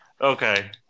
Okay